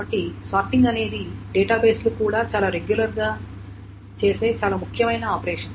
కాబట్టి సార్టింగ్ అనేది డేటాబేస్లు కూడా చాలా రెగ్యులర్ గా చేసే చాలా ముఖ్యమైన ఆపరేషన్